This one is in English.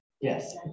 yes